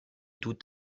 tout